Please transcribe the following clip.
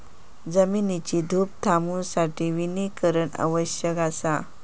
जमिनीची धूप थांबवूसाठी वनीकरण आवश्यक असा